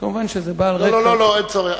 כמובן, זה בא על רקע, לא, לא, אין צורך.